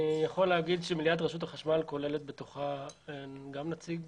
אני יכול להגיד שמליאת רשות החשמל כוללת בתוכה גם נציג